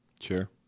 Sure